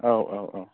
औ औ औ